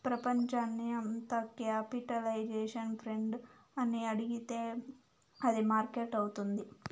ప్రపంచాన్ని అంత capitalisation friend అని అడిగితే అది మార్కెట్ అవుతుంది